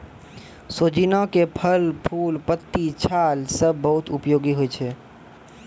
सोजीना के फल, फूल, पत्ती, छाल सब बहुत उपयोगी होय छै